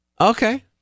Okay